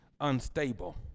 unstable